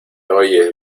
oyes